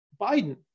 Biden